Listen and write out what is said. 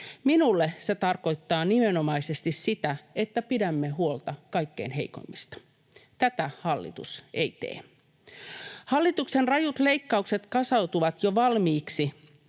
Minulle se tarkoittaa nimenomaisesti sitä, että pidämme huolta kaikkein heikoimmista. Tätä hallitus ei tee. Hallituksen rajut leikkaukset kasautuvat jo valmiiksi